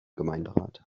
gemeinderat